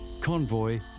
convoy